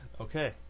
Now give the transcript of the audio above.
Okay